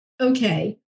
okay